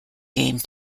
game